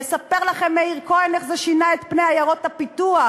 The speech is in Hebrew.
יספר לכם מאיר כהן איך זה שינה את פני עיירות הפיתוח,